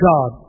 God